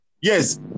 Yes